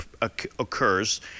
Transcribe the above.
occurs